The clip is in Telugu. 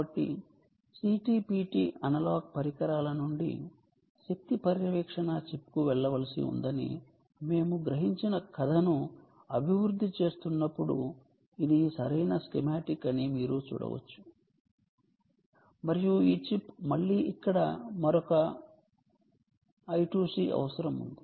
కాబట్టి CT PT అనలాగ్ పరికరాల నుండి శక్తి పర్యవేక్షణ చిప్కు వెళ్ళవలసి ఉందని మేము గ్రహించిన కథను అభివృద్ధి చేస్తున్నప్పుడు ఇది సరైన స్కీమాటిక్ అని మీరు చూడవచ్చు మరియు ఈ చిప్ మళ్లీ ఇక్కడ మరొక I2C అవసరం ఉంది